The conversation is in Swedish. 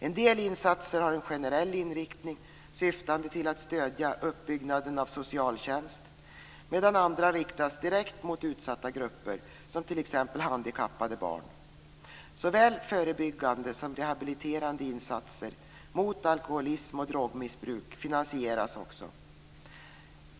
En del insatser har en generell inriktning syftande till att stödja uppbyggnaden av socialtjänst, medan andra riktas direkt mot utsatta grupper, som t.ex. handikappade barn. Såväl förebyggande som rehabiliterande insatser mot alkoholism och drogmissbruk finansieras också.